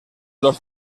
los